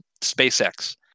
spacex